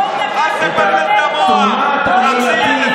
רואים כמה אתה נוכל, זה מה שרואים.